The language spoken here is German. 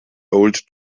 old